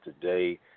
today